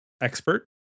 expert